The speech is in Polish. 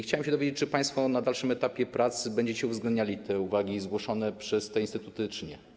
Chciałbym się dowiedzieć, czy państwo na dalszym etapie prac będziecie uwzględniali uwagi zgłoszone przez te instytuty, czy nie.